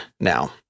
now